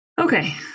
Okay